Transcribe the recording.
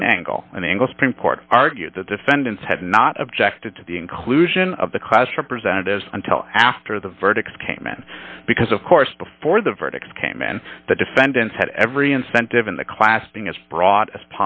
in angle an angle supreme court argued the defendants had not objected to the inclusion of the class representatives until after the verdicts came in because of course before the verdicts came in the defendants had every incentive in the class thing as broad as